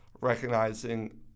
recognizing